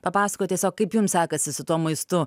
papasakot tiesiog kaip jums sekasi su tuo maistu